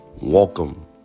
Welcome